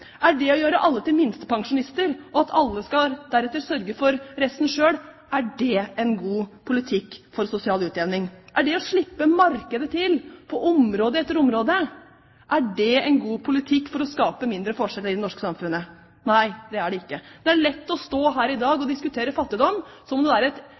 Er det å gjøre alle til minstepensjonister, og at alle deretter skal sørge for resten selv, en god politikk for sosial utjevning? Er det å slippe markedet til på område etter område, en god politikk for å skape mindre forskjeller i det norske samfunnet? Nei, det er det ikke. Det er lett å stå her i dag og diskutere fattigdom som om det er et